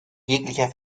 jeglicher